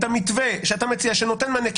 את המתווה שאתה מציע שנותן מענה,